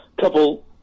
couple